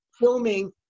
filming –